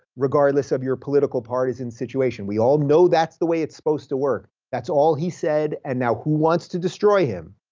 regardless of your political parties and situation. we all know that's the way it's supposed to work. that's all he said, and now who wants to destroy him?